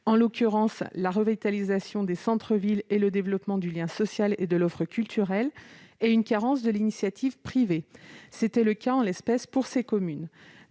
en l'occurrence, la revitalisation du centre-ville et le développement du lien social et de l'offre culturelle -et une carence de l'initiative privée. C'était le cas, en l'espèce, pour les communes